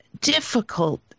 difficult